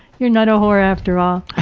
you are not a whore after all!